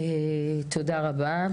תודה רבה.